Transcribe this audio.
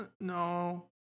no